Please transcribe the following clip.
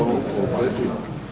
Hvala i vama.